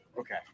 Okay